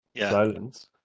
silence